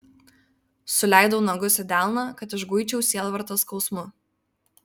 suleidau nagus į delną kad išguičiau sielvartą skausmu